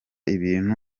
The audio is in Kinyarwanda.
ibintu